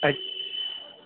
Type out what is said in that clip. अच्छा